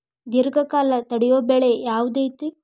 ದೇರ್ಘಕಾಲ ತಡಿಯೋ ಬೆಳೆ ಯಾವ್ದು ಐತಿ?